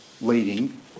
leading